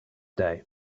day